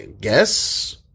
guess